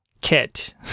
kit